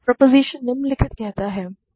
तो प्रोपोज़िशन निम्नलिखित कहता है